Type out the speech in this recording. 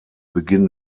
beginn